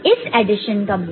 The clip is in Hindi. इस एडिशन का मूल्य 17 है